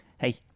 hey